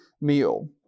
meal